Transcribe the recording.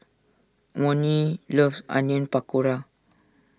Monnie loves Onion Pakora